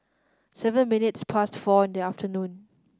seven minutes past four in the afternoon